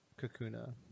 Kakuna